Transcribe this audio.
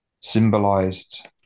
symbolized